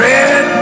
Red